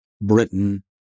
Britain